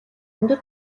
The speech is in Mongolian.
өндөр